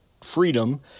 freedom